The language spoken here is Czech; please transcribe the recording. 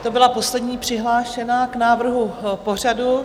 To byla poslední přihlášená k návrhu pořadu.